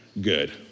Good